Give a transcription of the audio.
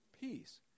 Peace